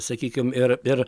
sakykim ir ir